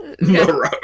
morose